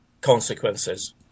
consequences